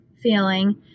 feeling